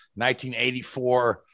1984